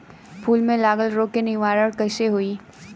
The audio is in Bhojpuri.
फूल में लागल रोग के निवारण कैसे होयी?